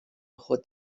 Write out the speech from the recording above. خود